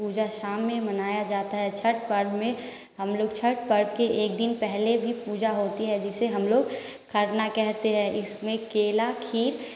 पूजा शाम में मनाया जाता है छठ पर्व में हम लोग छठ पर्व एक दिन पहले भी पूजा होती है जिसे हम लोग खरना कहते हैं इसमें केला खीर